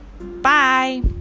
Bye